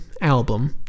album